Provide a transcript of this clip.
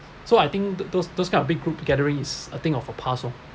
so I think those those kind of big group gatherings I think of a pass lor